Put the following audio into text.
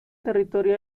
territorio